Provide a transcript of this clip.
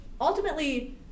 Ultimately